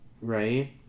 Right